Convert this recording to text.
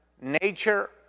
nature